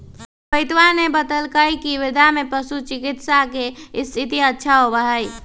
रोहितवा ने बतल कई की वर्धा में पशु चिकित्सा के स्थिति अच्छा होबा हई